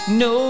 no